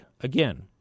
again